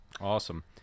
awesome